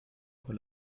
vor